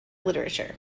literature